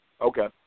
Okay